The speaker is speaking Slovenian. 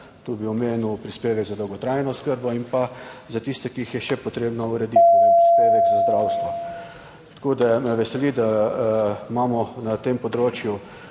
tu bi omenil prispevek za dolgotrajno oskrbo, in gre za tiste, ki jih je še treba urediti, recimo prispevek za zdravstvo. Tako da me veseli, da imamo na tem področju